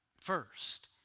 first